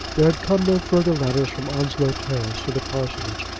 there had come no further letters from onslow terrace to the parsonage,